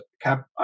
cap